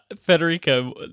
Federico